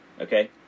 okay